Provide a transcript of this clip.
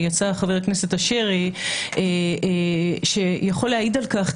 חבר הכנסת אשר יכול להעיד על כך.